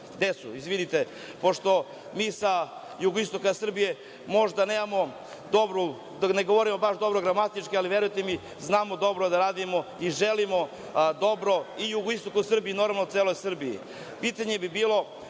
decu? Izvinite, pošto mi sa jugoistoka Srbije možda ne govorimo dobro gramatički, ali verujte mi znamo dobro da radimo i želimo dobro i jugoistoku Srbije i normalno celoj Srbiji. Pitanje